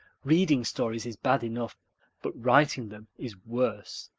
reading stories is bad enough but writing them is worse.